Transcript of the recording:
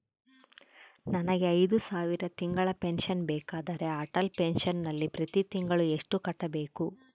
ನನಗೆ ಐದು ಸಾವಿರ ತಿಂಗಳ ಪೆನ್ಶನ್ ಬೇಕಾದರೆ ಅಟಲ್ ಪೆನ್ಶನ್ ನಲ್ಲಿ ಪ್ರತಿ ತಿಂಗಳು ಎಷ್ಟು ಕಟ್ಟಬೇಕು?